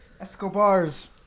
Escobar's